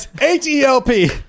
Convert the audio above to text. h-e-l-p